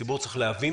ציבור צריך להבין,